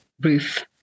roof